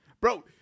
Bro